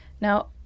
now